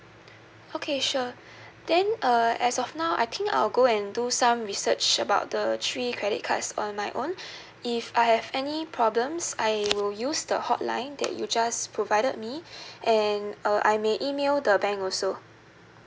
okay sure then uh as of now I think I will go and do some research about the three credit cards on my own if I have any problems I will use the hotline that you just provided me and uh I may email the bank also